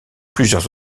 plusieurs